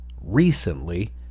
Recently